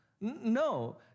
No